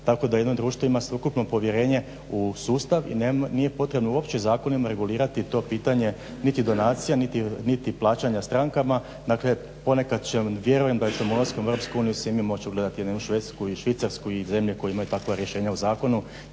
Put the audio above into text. Tako da jedeno društvo ima sveukupno povjerenje u sustav i nije uopće potrebno zakonima regulirati to pitanje niti donacija niti plaćanja strankama. Dakle vjerujem da ćemo i mi ulaskom u EU se moći ugledati na jednu Švedsku i Švicarsku i zemlje koje imaju takva rješenja u zakonu